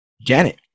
Janet